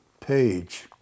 page